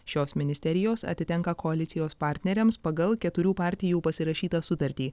šios ministerijos atitenka koalicijos partneriams pagal keturių partijų pasirašytą sutartį